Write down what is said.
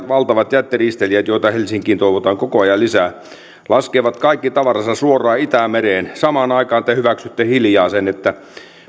valtavat jättiristeilijät joita helsinkiin toivotaan koko ajan lisää laskevat kaikki tavaransa suoraan itämereen samaan aikaan te hyväksytte hiljaa sen että